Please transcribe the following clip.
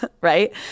Right